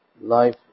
life